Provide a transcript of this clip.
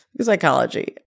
psychology